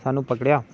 स्हानू पकड़े